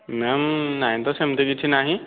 ma'am ନାହିଁ ତ ସେମିତି କିଛି ନାହିଁ